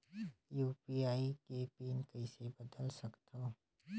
UPI के PIN कइसे बदल सकथव?